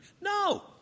No